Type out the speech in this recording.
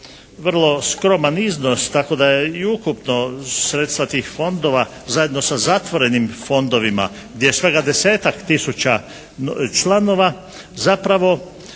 vrlo skroman iznosa. Tako da je i ukupno sredstva tih fondova zajedno sa zatvorenim fondovima gdje je svega 10-ak tisuća članova zapravo